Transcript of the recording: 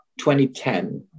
2010